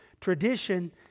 Tradition